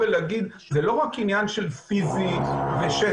זה לא רק עניין של פיזי ושטח.